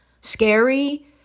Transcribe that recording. scary